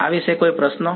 આ વિશે કોઈ પ્રશ્નો